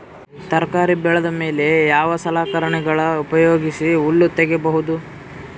ತರಕಾರಿ ಬೆಳದ ಮೇಲೆ ಯಾವ ಸಲಕರಣೆಗಳ ಉಪಯೋಗಿಸಿ ಹುಲ್ಲ ತಗಿಬಹುದು?